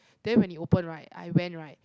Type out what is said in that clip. then when it open right I went right